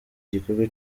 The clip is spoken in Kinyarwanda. gikorwa